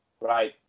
right